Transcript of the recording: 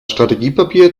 strategiepapier